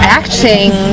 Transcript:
acting